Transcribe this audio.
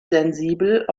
sensibel